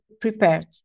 prepared